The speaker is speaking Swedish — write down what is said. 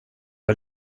har